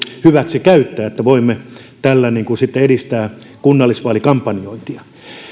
hyväksi että voisi sillä sitten edistää kunnallisvaalikampanjointia